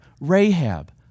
Rahab